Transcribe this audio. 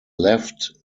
left